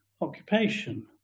occupation